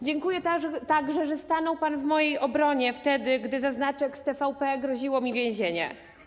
Dziękuję także, że stanął pan w mojej obronie wtedy, gdy za znaczek z TVP groziło mi więzienie.